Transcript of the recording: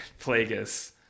Plagueis